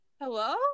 Hello